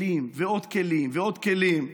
כלים ועוד כלים ועוד כלים.